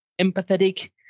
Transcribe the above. empathetic